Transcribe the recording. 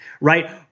right